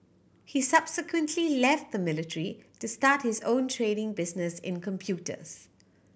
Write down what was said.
he subsequently left the military to start his own trading business in computers